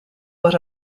but